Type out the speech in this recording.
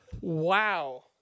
Wow